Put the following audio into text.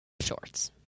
shorts